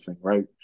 right